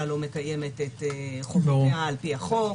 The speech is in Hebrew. לא מקיימת את חובותיה על פי החוק,